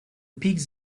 pigs